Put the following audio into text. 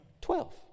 Twelve